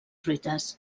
fruites